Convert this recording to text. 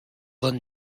than